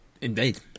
Indeed